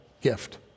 gift